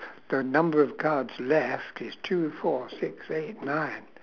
the number of cards left is two four six eight nine